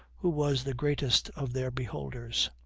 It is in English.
who was the greatest of their beholders.